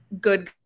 good